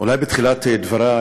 אולי בתחילת דברי